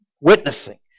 witnessing